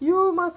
you must